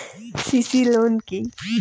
CC loan কি?